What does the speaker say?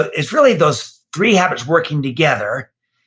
it's really those three habits working together.